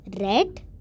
Red